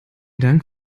dank